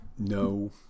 No